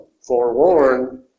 forewarned